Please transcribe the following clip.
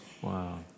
Wow